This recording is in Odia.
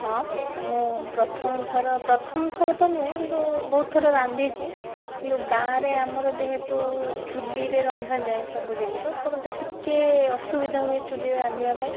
ହଁ ମୁଁ ପ୍ରଥମଥର ପ୍ରଥମଥର ତ ନୁହେଁ ବହୁତ ଥର ରାନ୍ଧିଛି କିନ୍ତୁ ଗାଁରେ ଆମର ଯେହେତୁ ଚୁଲିରେ ରନ୍ଧାଯାଏ ସବୁ ଜିନିଷ ତ ମୋତେ ଟିକେ ଅସୁବିଧା ହୁଏ ଚୁଲିରେ ରାନ୍ଧିବା ପାଇଁ